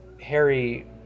Harry